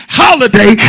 holiday